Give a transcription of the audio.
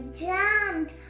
jammed